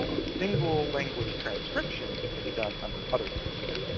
single language transcriptions can be done under other schedules.